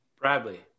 Bradley